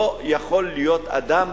לא יכול להיות אדם